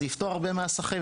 זה יפתור הרבה מהסחבת.